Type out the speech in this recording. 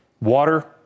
Water